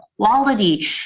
quality